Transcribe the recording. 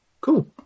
Cool